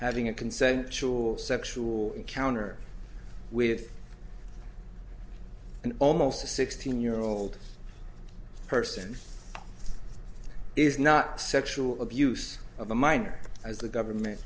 having a consensual sexual encounter with an almost a sixteen year old person is not sexual abuse of a minor as the government